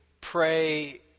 pray